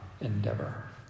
endeavor